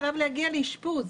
עליו להגיע לאשפוז".